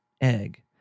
egg